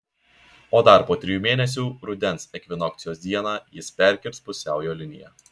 o dar po trijų mėnesių rudens ekvinokcijos dieną jis perkirs pusiaujo liniją